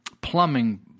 plumbing